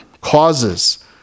causes